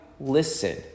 listen